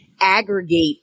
aggregate